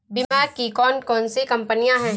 बीमा की कौन कौन सी कंपनियाँ हैं?